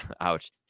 ouch